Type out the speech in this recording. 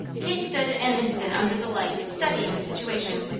kate stood an instant under the light, studying the situation.